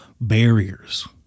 barriers